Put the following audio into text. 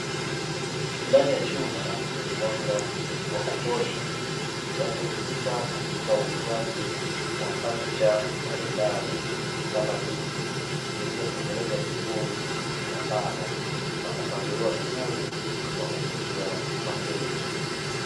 Ndani ya chumba chenye mwanga wa kutosha kinachohusika katika uuzaji wa fanicha mbalimbali kama viti, zilizotengenezwa vizuri kwa mbao na kupangiliwa vizuri kwa kuvutia wateja.